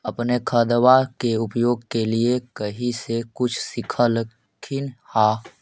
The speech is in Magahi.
अपने खादबा के उपयोग के लीये कही से कुछ सिखलखिन हाँ?